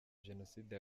jenoside